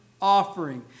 offering